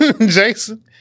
Jason